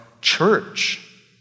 church